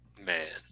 Man